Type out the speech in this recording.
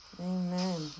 Amen